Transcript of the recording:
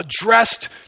addressed